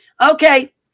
Okay